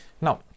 now